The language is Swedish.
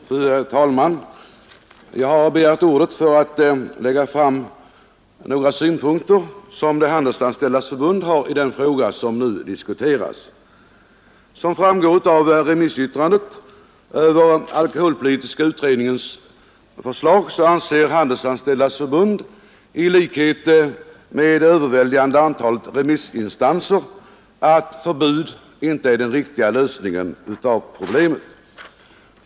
Fru talman! Jag har begärt ordet för att lägga fram några synpunkter som Handelsanställdas förbund har i den fråga som nu diskuteras. Som framgår av remissyttrandet över alkoholpolitiska utredningens förslag anser förbundet i likhet med det överväldigande antalet remissinstanser att förbud inte är den riktiga lösningen av problemet.